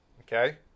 okay